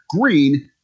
green –